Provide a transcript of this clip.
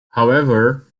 however